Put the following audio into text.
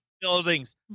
buildings